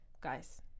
guys